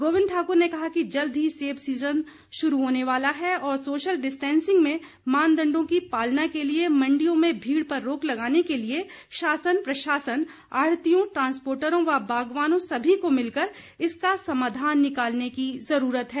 गोविंद ठाकुर ने कहा कि जल्द ही सेब सीजन शुरू होने वाला है और सोशल डिस्टेंसिंग में मानदंडों की पालना के लिए मंडियों में भीड़ पर रोक लगाने के लिए शासन प्रशासन आढ़तियों ट्रांस्पोर्टरों व बागवानों सभी को मिलकर इसका समाधान निकालने की जरूरत है